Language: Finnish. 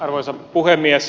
arvoisa puhemies